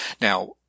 Now